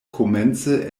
komence